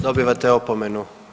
Dobivate opomenu.